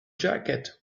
jacket